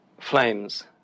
flames